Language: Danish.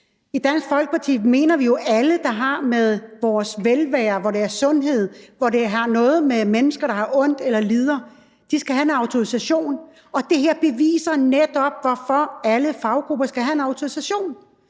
I Dansk Folkeparti mener vi jo, at alle, der har med vores velvære eller sundhed at gøre, hvor det har noget med mennesker, der har ondt eller lider, at gøre, skal have en autorisation. Det her beviser netop, hvorfor alle faggrupper skal have en autorisation.